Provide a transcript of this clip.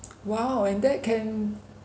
!wow! and that can